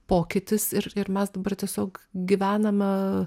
pokytis ir ir mes dabar tiesiog gyvename